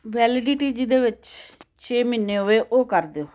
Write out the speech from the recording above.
validity ਜਿਹਦੇ ਵਿੱਚ ਛੇ ਮਹੀਨੇ ਹੋਵੇ ਉਹ ਕਰ ਦਿਓ